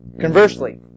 Conversely